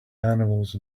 animals